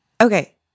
Okay